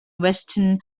western